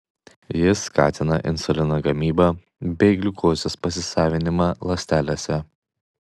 jis skatina insulino gamybą bei gliukozės pasisavinimą ląstelėse